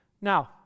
Now